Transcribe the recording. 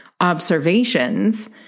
observations